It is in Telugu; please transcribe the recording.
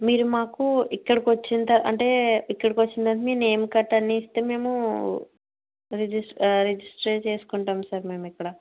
మీరు మాకు ఇక్కడికొచ్చిన త అంటే ఇక్కడికొచ్చిన మీ నేమ్ కట్ట అన్ని ఇస్తే మేమూ రిజిస్ రిజిస్టర్ చేసుకుంటాం సార్ మేమిక్కడ